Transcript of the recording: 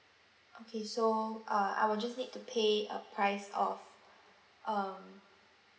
okay so uh I will just need to pay a price of um